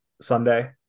Sunday